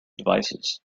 devices